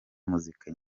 muzika